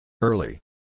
Early